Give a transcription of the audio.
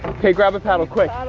okay, grab a paddle, quick.